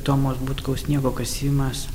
tomo butkaus sniego kasimas